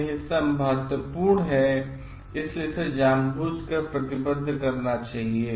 यह हिस्सा महत्वपूर्ण है कि इसे जानबूझकर प्रतिबद्ध किया जाना चाहिए